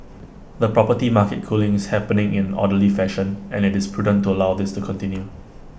the property market cooling is happening in orderly fashion and IT is prudent to allow this to continue